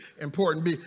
important